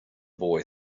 boy